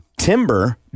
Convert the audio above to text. Timber